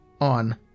on